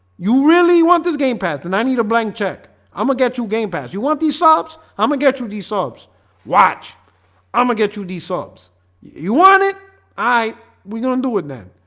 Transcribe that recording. you really want this game passed and i need a blank check i'm gonna get you game pass you want these sobs i'm gonna get you these sobs watch i'm gonna get you these sobs you want it i we're gonna do it then,